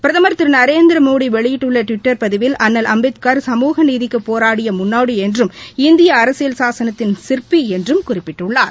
பிரதமர் திரு நரேந்திரமோடி வெளியிட்டுள்ள டுவிட்டர் பதிவில் அண்ணல் அம்பேத்கர் சமூக நீதிக்கும் போராடிய முன்னோடி என்றும் இந்திய அரசியல் சாசனத்தின் சிற்பி என்றும் குறிப்பிட்டுள்ளார்